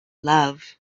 love